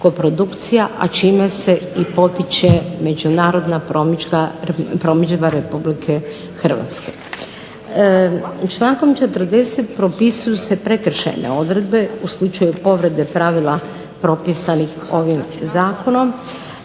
a čime se i potiče međunarodna promidžba Republike Hrvatske. Člankom 40. propisuju se prekršajne odredbe u slučaju povrede pravila propisanih ovim Zakonom